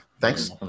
thanks